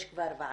יש כבר ועדה,